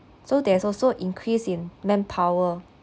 so there's also increase in manpower